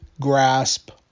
grasp